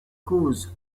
causes